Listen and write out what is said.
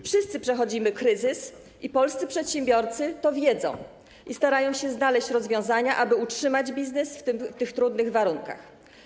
Wszyscy przechodzimy kryzys, polscy przedsiębiorcy to wiedzą i starają się znaleźć rozwiązania, aby utrzymać biznes w tych trudnych warunkach.